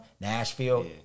Nashville